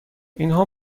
اینها